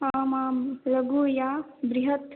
आम् आं लघु या बृहद्